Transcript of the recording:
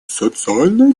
социально